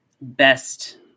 best